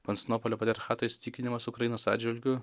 konstantinopolio patriarchato įsitikinimas ukrainos atžvilgiu